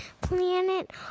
planet